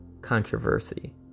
controversy